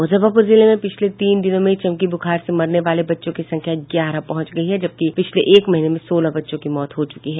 मुजफ्फरपुर जिले में पिछले तीन दिनों में चमकी बुखार से मरने वाले बच्चों की संख्या ग्यारह पहुंच गयी है जबकि पिछले एक महीने में सोलह बच्चों की मौत हो चूकी है